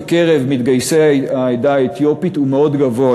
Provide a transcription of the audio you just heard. בקרב מתגייסי העדה האתיופית הוא מאוד גבוה.